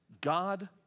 God